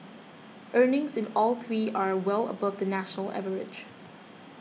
earnings in all three are well above the national average